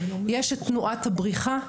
יש את תנועת הבריחה,